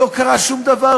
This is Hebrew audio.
לא קרה שום דבר,